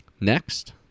next